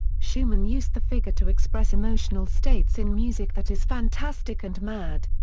schumann used the figure to express emotional states in music that is fantastic and mad.